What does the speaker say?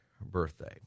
birthday